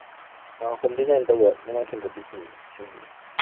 ꯑꯥ home design ꯇꯧꯕ ꯅꯣꯡꯃꯥꯏꯊꯦꯝ ꯒꯣꯕꯤꯁꯟ ꯁꯤꯡꯅꯤ